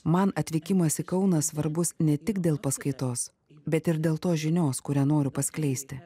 man atvykimas į kauną svarbus ne tik dėl paskaitos bet ir dėl tos žinios kurią noriu paskleisti